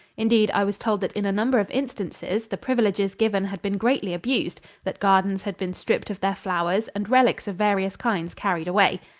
indeed, i was told that in a number of instances the privileges given had been greatly abused that gardens had been stripped of their flowers and relics of various kinds carried away.